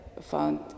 found